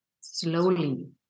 slowly